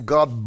God